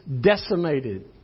decimated